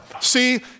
See